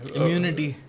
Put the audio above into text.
Immunity